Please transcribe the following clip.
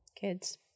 kids